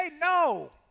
no